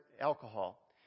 alcohol